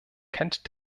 kennt